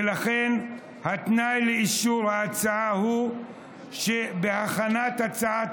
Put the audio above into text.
ולכן התנאי לאישור ההצעה הוא שבהכנת הצעת